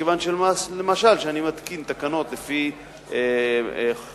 מכיוון שלמשל כאשר אני מתקין תקנות לפי חוק